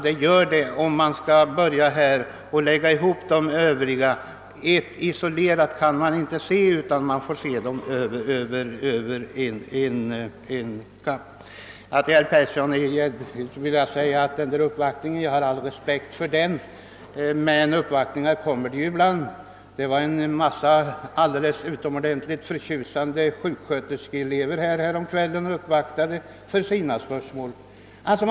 Men vi kan ju inte se anslagen isolerade, utan vi måste göra en samlad bedömning. Till herr Petersson i Gäddvik vill jag säga att jag har all respekt för uppvaktningar — sådana förekommer ju då och då. Häromkvällen var en grupp alldeles förtjusande sjuksköterskeelever här uppe och uppvaktade för att framlägga sina problem.